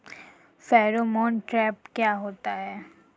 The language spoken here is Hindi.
फेरोमोन ट्रैप क्या होता है?